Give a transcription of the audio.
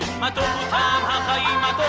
i